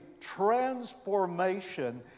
transformation